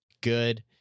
Good